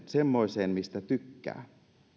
semmoiseen mistä tykkään